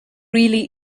really